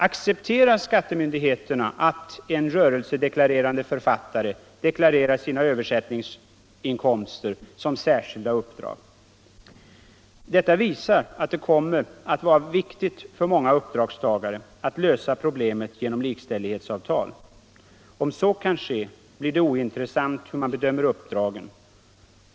Accepterar skattemyndigheten att en rörelsedeklarerande författare deklarerar sina översättningsinkomster som särskilda uppdrag? Detta visar att det kommer att vara viktigt för många uppdragstagare att lösa problemet genom likställighetsavtal. Om så kan ske blir det ointressant hur man bedömer uppdragen.